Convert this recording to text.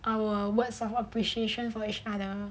our words of appreciation for each other